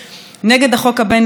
נגד החוק הבין-לאומי,